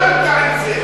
אתה התחלת עם זה.